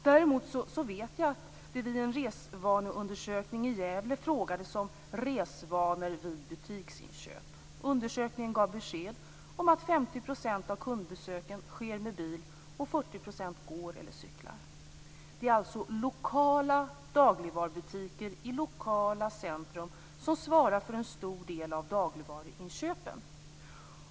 Däremot vet jag att det i en undersökning om resvanor i Gävle frågades om resvanor vid butiksinköp. Undersökningen gav besked om att 50 % av kundbesöken sker med bil och att 40 % av inköpen görs av personer som går eller cyklar. Det är alltså lokala dagligvarubutiker i lokala centrum som svarar för en stor del av dagligvaruinköpen.